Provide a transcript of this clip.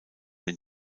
den